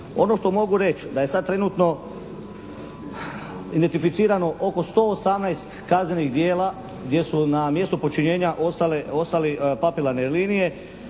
Ono što mogu reći da je sad trenutno identificirano oko 118 kaznenih djela gdje su na mjestu počinjenja ostale papelarne linije,